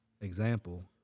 example